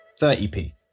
30p